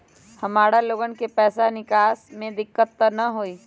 हमार लोगन के पैसा निकास में दिक्कत त न होई?